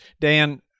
Dan